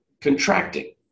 contracting